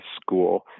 School